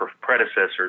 predecessors